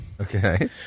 Okay